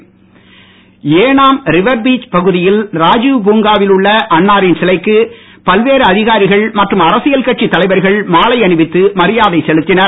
Yanam Yanam river beach பகுதியில் ராஜீவ் பூங்காவில் உள்ள அன்னாரின் சிலைக்கு பல்வேறு அதிகாரிகள் மற்றும் அரசியல் கட்சித் தலைவர்கள் மாலை அணிவித்து மரியாதை செலுத்தினர்